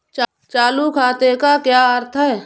चालू खाते का क्या अर्थ है?